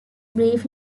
belief